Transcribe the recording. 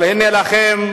אבל הנה לכם,